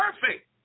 perfect